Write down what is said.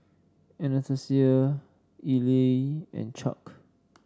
Anastasia Elie and Chuck